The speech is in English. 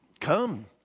Come